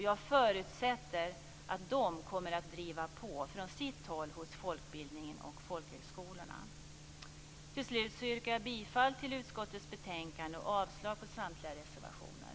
Jag förutsätter att de kommer att driva på från sitt håll hos folkbildningen och folkhögskolorna. Jag yrkar bifall till utskottets hemställan i betänkandet och avslag på samtliga reservationer.